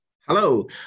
hello